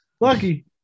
Lucky